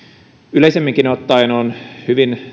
yleisemminkin ottaen on hyvin